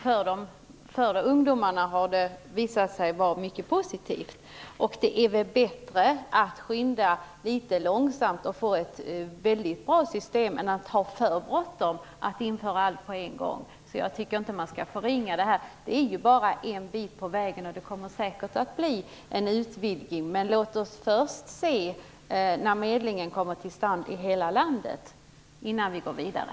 För ungdomarna har det visat sig vara mycket positivt. Det är väl bättre att skynda långsamt och få ett bra system än att ha för bråttom och införa allt på en gång? Jag tycker alltså inte att man skall förringa detta. Detta är bara ett steg på vägen, och det kommer säkert att bli en utvidgning. Men låt oss först se att medlingen kommer till stånd i hela landet innan vi går vidare.